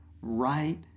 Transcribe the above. right